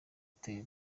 uteye